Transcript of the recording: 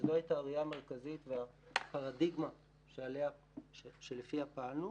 וזו הייתה הראייה המרכזית והפרדיגמה שלפיה פעלנו,